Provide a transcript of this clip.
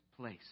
place